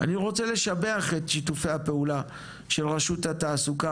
אני רוצה לשבח את שיתופי הפעולה של רשות התעסוקה,